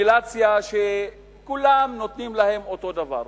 אסימילציה, שכולם נותנים להם אותו דבר.